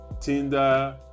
tinder